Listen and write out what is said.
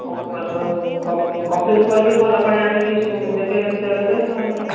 ହଁ ଆପଣ କମ୍ପ୍ଲେନ୍ କରିକି ଭଲ ପାଣି ଆଣିକି ଦେବେ ଦେବେ ନହେଲେ ନାଇ